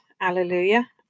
Alleluia